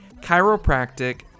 chiropractic